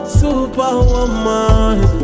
superwoman